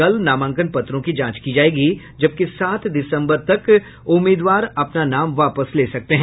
कल नामांकन पत्रों की जांच की जायेगी जबकि सात दिसम्बर तक उम्मीदवार अपना नाम वापस ले सकते हैं